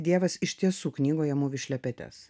dievas iš tiesų knygoje mūvi šlepetes